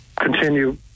continue